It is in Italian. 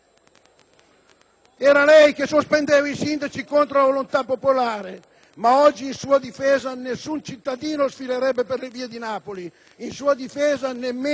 Era lei che sospendeva i sindaci contro la volontà popolare, ma oggi, in sua difesa, nessun cittadino sfilerebbe per le vie di Napoli; in sua difesa nemmeno